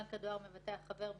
בעת קבלת